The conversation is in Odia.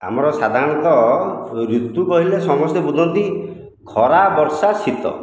ଆମର ସାଧାରଣତଃ ଋତୁ କହିଲେ ସମସ୍ତେ ବୁଝନ୍ତି ଖରା ବର୍ଷା ଶୀତ